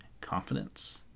confidence